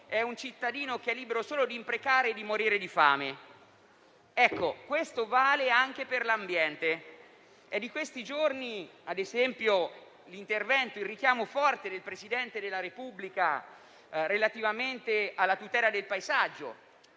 è un cittadino libero solo di imprecare e morire di fame. Questo vale anche per l'ambiente. È di questi giorni, ad esempio, il richiamo forte del Presidente della Repubblica alla tutela del paesaggio.